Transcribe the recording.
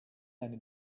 eine